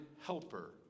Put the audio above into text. helper